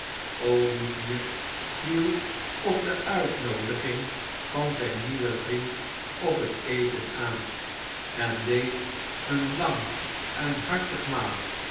olivier viel op de uitnoodiging van zijn nieuwen vriend op het eten aan en deed een lang en hartig